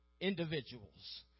individuals